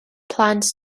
plans